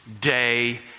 day